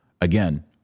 again